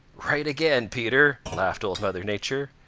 right again, peter, laughed old mother nature.